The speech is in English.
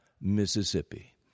Mississippi